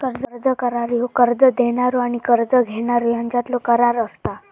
कर्ज करार ह्यो कर्ज देणारो आणि कर्ज घेणारो ह्यांच्यातलो करार असता